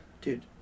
Dude